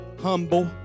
humble